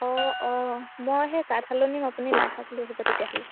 অঁ অঁ মই সেই আপুনি লাই শাক লৈ আহিব তেতিয়াহ'লে